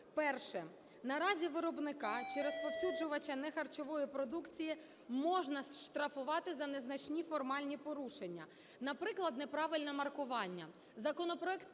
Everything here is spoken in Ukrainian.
Перше. Наразі виробника чи розповсюджувача нехарчової продукції можна штрафувати за незначні формальні порушення – наприклад, неправильне маркування.